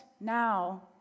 now